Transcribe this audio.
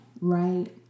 Right